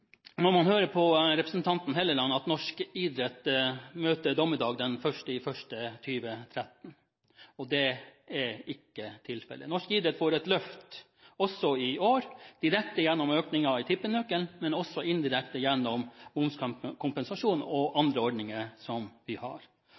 Man hører representanten Hofstad Helleland si at norsk idrett møter dommedag den 1. januar 2013. Det er ikke tilfellet. Norsk idrett får et løft også i år – direkte gjennom økningen i andelen av tippenøkkelen og indirekte gjennom momskompensasjon og andre ordninger som vi har. Høyre og